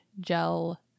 gel